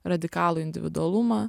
radikalų individualumą